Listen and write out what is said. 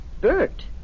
Bert